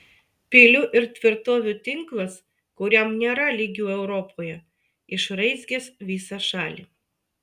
pilių ir tvirtovių tinklas kuriam nėra lygių europoje išraizgęs visą šalį